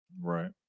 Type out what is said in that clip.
Right